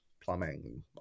plumbing